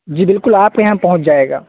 جی بالکل آپ کے یہاں پہنچ جائے گا